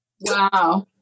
Wow